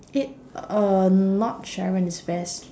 eh uh not sharon it's ves